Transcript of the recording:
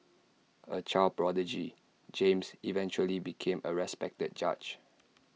A child prodigy James eventually became A respected judge